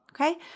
okay